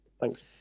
thanks